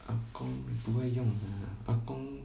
阿公也不会用的阿公